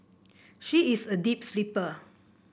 she is a deep sleeper